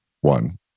one